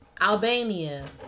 Albania